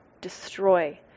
destroy